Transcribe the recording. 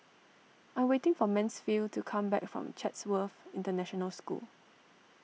I'm waiting for Mansfield to come back from Chatsworth International School